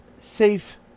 safe